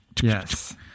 Yes